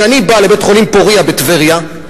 כשאני בא לבית-החולים "פורייה" בטבריה,